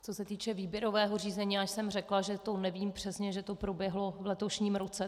Co se týče výběrového řízení, já jsem řekla, že to nevím přesně, že to proběhlo v letošním roce.